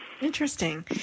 Interesting